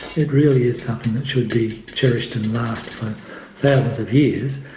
it really is something that should be cherished and last for thousands of years.